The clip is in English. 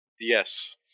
Yes